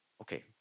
Okay